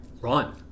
run